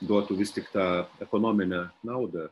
duotų vis tik tą ekonominę naudą